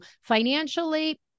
financially